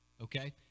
Okay